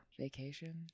vacation